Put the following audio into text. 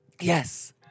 Yes